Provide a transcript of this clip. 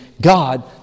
God